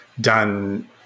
done